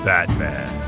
Batman